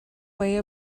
way